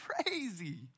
crazy